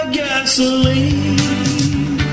gasoline